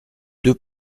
deux